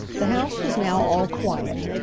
the house was now all quiet,